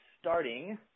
Starting